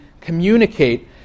communicate